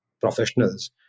professionals